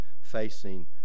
facing